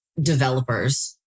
developers